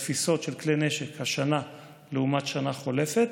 בתפיסות של כלי נשק השנה לעומת השנה החולפת.